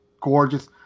gorgeous